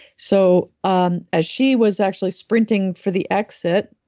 so, um as she was actually sprinting for the exit,